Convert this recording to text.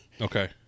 Okay